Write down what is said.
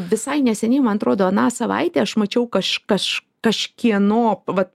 visai neseniai man atrodo aną savaitę aš mačiau kaž kaž kažkieno vat